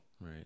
right